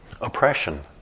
oppression